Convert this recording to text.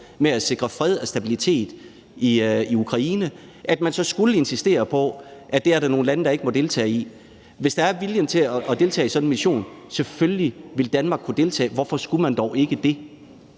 med at sikre fred og stabilitet, så skulle insistere på, at det er der nogle lande der ikke må deltage i. Hvis der er viljen til at deltage i sådan en mission, vil Danmark selvfølgelig kunne deltage. Hvorfor skulle man dog ikke det?